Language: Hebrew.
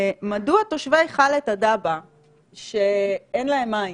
מדוע תושבי חאלת אל-דבע שאין להם מים,